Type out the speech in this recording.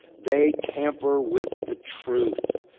they tamper with the truth.